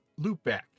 loopback